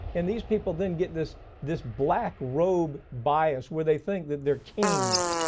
and these people then get this this black robe bias, where they think that they're kings.